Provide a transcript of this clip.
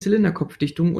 zylinderkopfdichtung